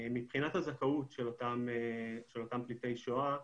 מבחינת הזכאות של אותם פליטי שואה,